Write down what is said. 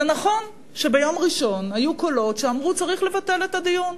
זה נכון שביום ראשון היו קולות שאמרו שצריך לבטל את הדיון,